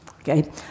okay